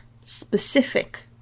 specific